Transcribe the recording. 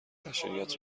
بشریت